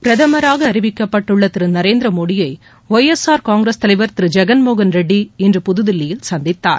பிரதமராக அறிவிக்கப்பட்டுள்ள திரு நரேந்திரமோடியை ஒய் எஸ் ஆர் காங்கிரஸ் தலைவர் திரு ஜெகன் மோகன் ரெட்டி இன்று புதுதில்லியில் சந்தித்தார்